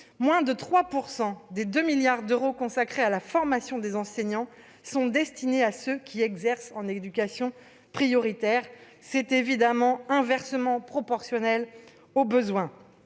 Moins de 3 % des 2 milliards d'euros consacrés à la formation des enseignants sont destinés à ceux qui exercent en ZEP ; c'est inversement proportionnel aux besoins.